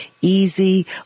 easy